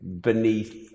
beneath